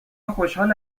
خوشحال